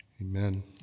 Amen